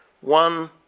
one